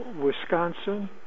Wisconsin